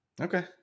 Okay